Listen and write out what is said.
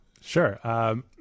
Sure